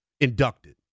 inducted